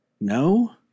No